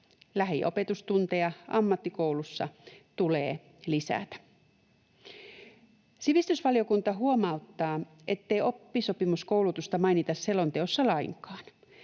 Lähiopetustunteja ammattikoulussa tulee lisätä. Sivistysvaliokunta huomauttaa, ettei oppisopimuskoulutusta mainita selonteossa lainkaan.